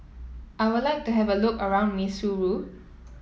I would like to have a look around Maseru